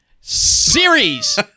Series